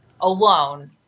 alone